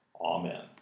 Amen